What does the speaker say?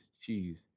Cheese